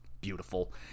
beautiful